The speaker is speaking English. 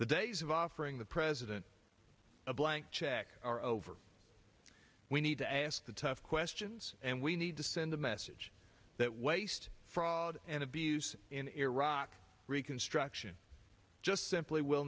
the days of offering the president a blank check are over we need to ask the tough questions and we need to send the message that waste fraud and abuse in iraq reconstruction just simply will